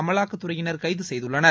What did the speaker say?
அமலாக்கத்துறையினர் கைது செய்துள்ளனர்